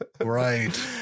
Right